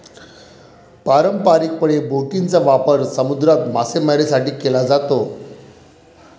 पारंपारिकपणे, बोटींचा वापर समुद्रात मासेमारीसाठी केला जातो